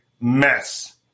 mess